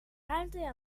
altra